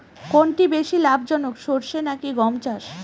কোনটি বেশি লাভজনক সরষে নাকি গম চাষ?